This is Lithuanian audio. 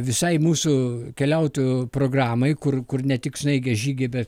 visai mūsų keliautojų programai kur kur ne tik snaigės žygį bet